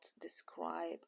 describe